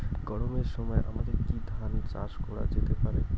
গরমের সময় আমাদের কি ধান চাষ করা যেতে পারি?